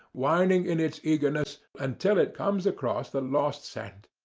whining in its eagerness, until it comes across the lost scent.